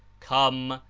come,